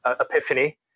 epiphany